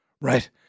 right